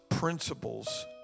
Principles